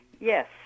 Yes